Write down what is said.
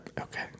Okay